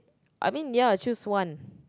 I mean ya choose one